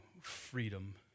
freedom